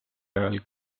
ajal